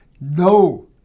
no